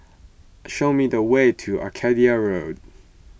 show me the way to Arcadia Road